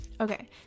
Okay